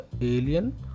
alien